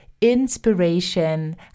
inspiration